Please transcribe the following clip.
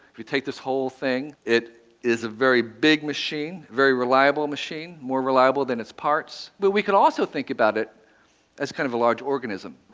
if you take this whole thing, it is a very big machine, very reliable machine, more reliable than its parts. but we can also think about it as kind of a large organism.